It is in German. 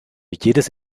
jedes